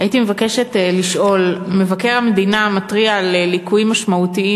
מבקר המדינה מתריע על ליקויים משמעותיים